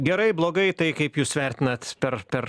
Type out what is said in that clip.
gerai blogai tai kaip jūs vertinat per per